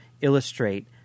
illustrate